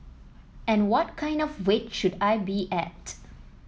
and what kind of weight should I be at